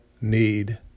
need